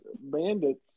Bandits